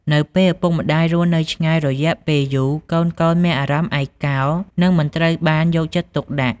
នៅពេលឪពុកម្តាយរស់នៅឆ្ងាយរយៈពេលយូរ កូនៗមានអារម្មណ៍ឯកោ និងមិនត្រូវបានយកចិត្តទុកដាក់។